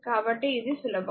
కాబట్టి ఇది సులభం